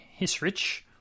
Hisrich